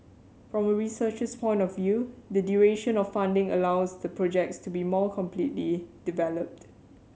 from a researcher's point of view the duration of funding allows the projects to be more completely developed